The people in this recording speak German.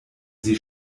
sie